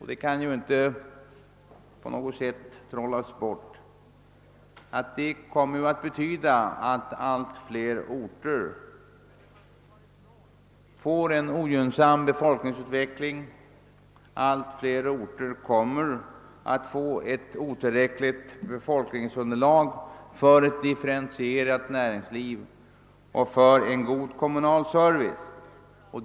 Man kan inte på något sätt trolla bort det faktum att detta betyder att allt fler orter får en ogynnsam befolkningsutveckling medförande ett otillräckligt befolkningsunderlag för ett differentierat näringsliv och för en god kommunal service.